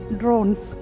drones